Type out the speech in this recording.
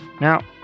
Now